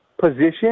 position